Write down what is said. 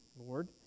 Lord